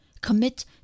Commit